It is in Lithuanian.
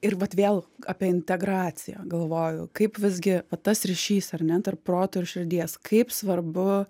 ir vat vėl apie integraciją galvoju kaip visgi tas ryšys ar ne tarp proto ir širdies kaip svarbu